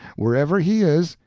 wherever he is,